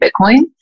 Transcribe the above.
Bitcoin